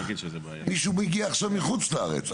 מישהו מגיע עכשיו מחוץ לארץ.